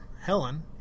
Helen